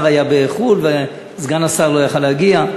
היה בחו"ל וסגן השר לא יכול היה להגיע,